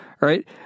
Right